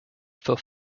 for